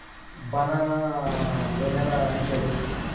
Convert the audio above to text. banana vanilla shake